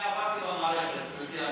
אני עברתי במערכת, גברתי השרה.